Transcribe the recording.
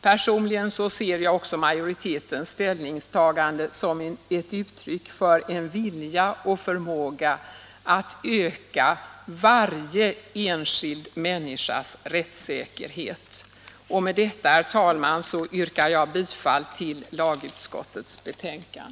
Personligen ser jag majoritetens ställningstagande också som ett uttryck för en vilja och förmåga att öka varje enskild människas rättssäkerhet. Med detta, herr talman, yrkar jag bifall till lagutskottets hemställan.